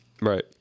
right